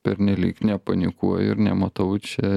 pernelyg nepanikuoju ir nematau čia